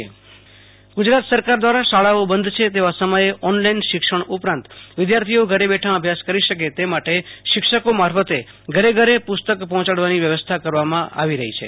આશુ તોષ અંતાણી રાજય પાઠય પુસ્તક વિતરણ ગુજરાત સરકાર દ્વારા શાળાઓ બંધ છે તેવા સમયે ઓનલાઈન શિક્ષણ ઉપરાંત વિધાર્થીઓ ઘરે બેઠા અભ્યાસ કરી શકે તે માટે શિક્ષકો મારફતે ઘરે ઘરે પુ સ્તક પહોંચાડવાની વ્યવસ્થા કરવામાં આવી છે